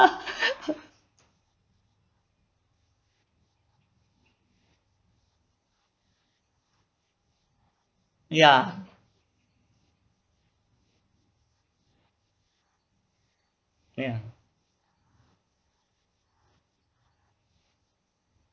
ya ya